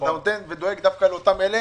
אתה דואג דווקא לאלה